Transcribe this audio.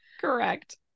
Correct